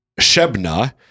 Shebna